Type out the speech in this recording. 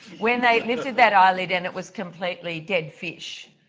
when they lifted that eyelid and it was completely dead fish,